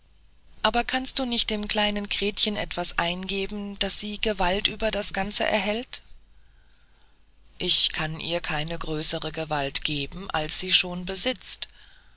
aber kannst du nicht dem kleinen gretchen etwas eingeben sodaß sie gewalt über das ganze erhält ich kann ihr keine größere gewalt geben als sie schon besitzt